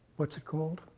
what's it called?